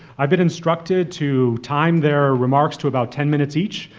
i've been instructed to time their remarks to about ten minutes each.